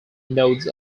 nodes